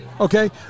Okay